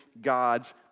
God's